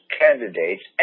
candidates